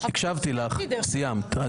הקשבתי לך וסיימת.